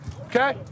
okay